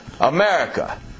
America